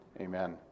amen